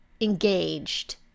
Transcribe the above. engaged